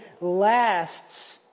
lasts